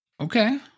Okay